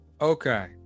Okay